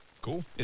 Cool